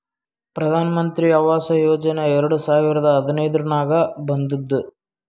ಪ್ರಧಾನ್ ಮಂತ್ರಿ ಆವಾಸ್ ಯೋಜನಾ ಎರಡು ಸಾವಿರದ ಹದಿನೈದುರ್ನಾಗ್ ಬಂದುದ್